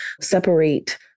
separate